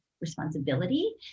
responsibility